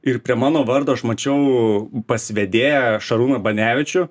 ir prie mano vardo aš mačiau pas vedėją šarūną banevičių